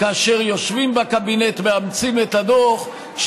כאשר יושבים בקבינט מאמצים את הדוח,